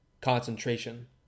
concentration